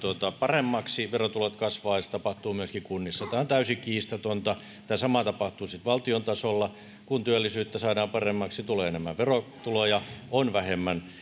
paremmaksi verotulot kasvavat ja se tapahtuu myöskin kunnissa tämä on täysin kiistatonta tämä sama tapahtuu sitten valtion tasolla kun työllisyyttä saadaan paremmaksi tulee enemmän verotuloja on vähemmän